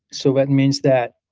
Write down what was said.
so that means that